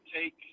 take